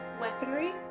weaponry